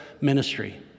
ministry